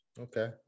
Okay